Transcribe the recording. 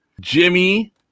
Jimmy